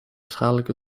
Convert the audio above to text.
schadelijke